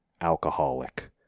alcoholic